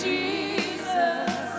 Jesus